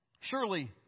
Surely